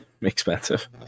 expensive